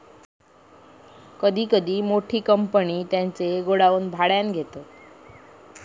कधी कधी मोठ्या कंपन्या त्यांचे गोडाऊन भाड्याने घेतात